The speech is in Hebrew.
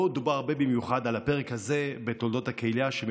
לא דובר הרבה במיוחד על הפרק הזה בתולדות הקהילייה בתוניסיה,